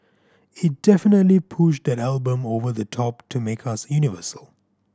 it definitely pushed that album over the top to make us universal